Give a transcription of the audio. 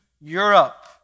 Europe